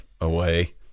away